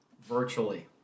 virtually